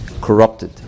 corrupted